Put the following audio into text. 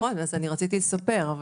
נכון, אז רציתי לספר.